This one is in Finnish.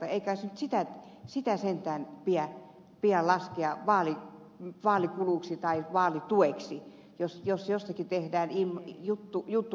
ei kai sitä sentään pidä laskea vaalikuluiksi tai vaalitueksi jos jostakin henkilöstä on lehdessä juttu